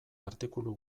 artikulu